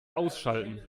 ausschalten